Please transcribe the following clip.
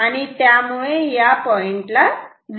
आणि त्यामुळे या पॉइंटला झिरो व्होल्टेज आहे